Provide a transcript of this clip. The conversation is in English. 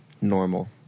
normal